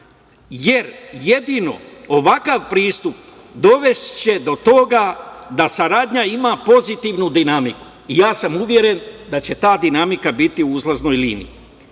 jer jedino ovakav pristup dovešće do toga da saradnja ima pozitivnu dinamiku. Ja sam uveren da će ta dinamika biti u uzlaznoj liniji. SAD